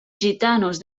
gitanos